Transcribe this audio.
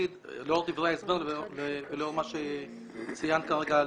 לאור דברי ההסבר ולאור מה שציינה כרגע לירון.